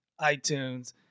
itunes